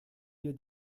wir